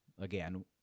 again